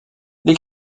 les